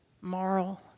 Moral